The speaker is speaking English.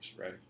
right